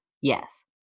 Yes